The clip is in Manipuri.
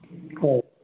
ꯍꯣꯏ